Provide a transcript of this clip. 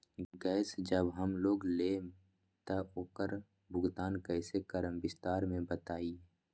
Gas जब हम लोग लेम त उकर भुगतान कइसे करम विस्तार मे बताई?